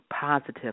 positive